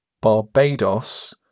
barbados